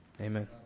Amen